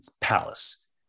palace